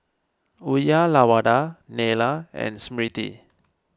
Uyyalawada Neila and Smriti